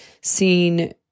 seen